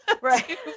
right